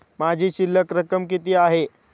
माझी शिल्लक रक्कम किती आहे?